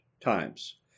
times